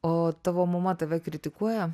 o tavo mama tave kritikuoja